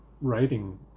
writing